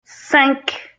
cinq